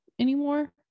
anymore